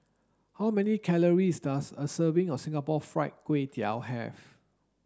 how many calories does a serving of Singapore Fried Kway Tiao have